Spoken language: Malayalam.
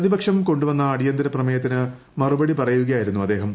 പ്രതിപക്ഷം കൊണ്ടു വന്ന അടിയന്തര പ്രമേയത്തിന് മറുപടി പറയുകയായിരുന്നു അദ്ദേഹം